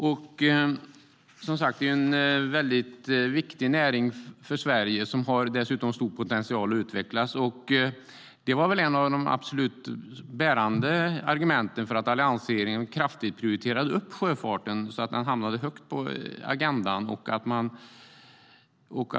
Det är som sagt en viktig näring för Sverige, som dessutom har stor potential att utvecklas. Detta var ett av alliansregeringens mest bärande argument för att kraftigt prioritera upp sjöfarten så att den hamnade högt på agendan.